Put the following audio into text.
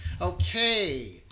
Okay